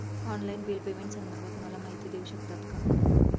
Online bill पेमेंटसंदर्भात मला माहिती देऊ शकतात का?